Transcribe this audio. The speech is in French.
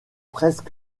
presque